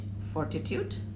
fortitude